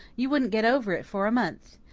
you wouldn't get over it for a month.